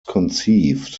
conceived